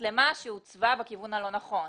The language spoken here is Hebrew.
מצלמה שהוצבה בכיוון הלא נכון,